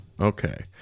Okay